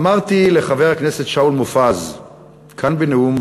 אמרתי לחבר הכנסת שאול מופז כאן בנאום,